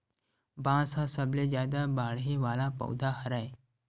बांस ह सबले जादा बाड़हे वाला पउधा हरय